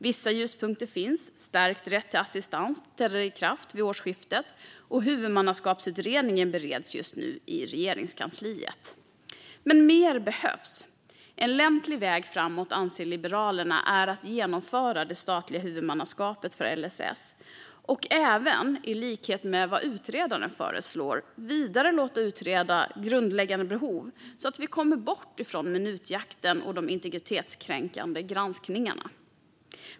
Vissa ljuspunkter finns - stärkt rätt till assistans trädde i kraft vid årsskiftet, och Huvudmannaskapsutredningen bereds just nu i Regeringskansliet - men mer behöver göras. En lämplig väg framåt anser Liberalerna är att genomföra det statliga huvudmannaskapet för LSS och även, i likhet med vad utredaren föreslår, vidare låta utreda grundläggande behov så att man kommer bort från minutjakten och de integritetskränkande granskningarna.